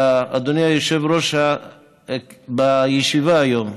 שאדוני היושב-ראש בישיבה היום,